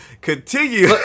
Continue